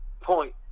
point